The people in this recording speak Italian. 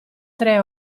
tre